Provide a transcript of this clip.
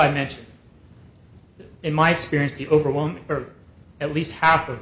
i mentioned in my experience the overwhelming or at least half of